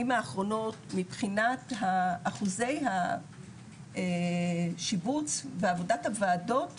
האחרונות מבחינת אחוזי השיבוץ ועבודת הוועדות